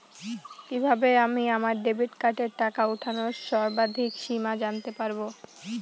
কিভাবে আমি আমার ডেবিট কার্ডের টাকা ওঠানোর সর্বাধিক সীমা জানতে পারব?